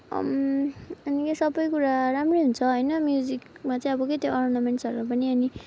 अनि अनि के सबै कुरा राम्रै हुन्छ होइन म्युजिकमा चाहिँ अब के त्यो अर्नामेन्ट्सहरू पनि अनि